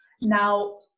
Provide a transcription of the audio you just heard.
Now